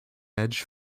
edge